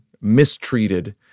mistreated